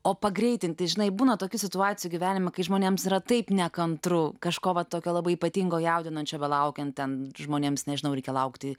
o pagreitinti žinai būna tokių situacijų gyvenime kai žmonėms yra taip nekantru kažko vat tokio labai ypatingo jaudinančio belaukiant ten žmonėms nežinau reikia laukti